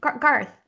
Garth